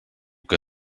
que